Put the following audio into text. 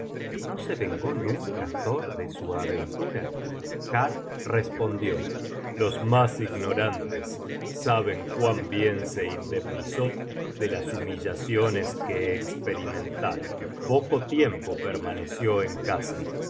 no se vengó nunca thor de su aventura har respondió los mas ignorantes saben cuán bien se indemnizó de las humillaciones que esperimentara poco tiempo permaneció en casa